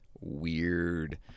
weird